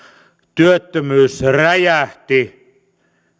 työttömyys räjähti